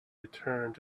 returned